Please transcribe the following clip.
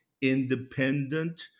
independent